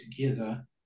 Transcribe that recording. together